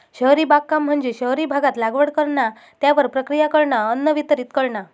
शहरी बागकाम म्हणजे शहरी भागात लागवड करणा, त्यावर प्रक्रिया करणा, अन्न वितरीत करणा